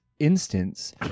instance